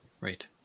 right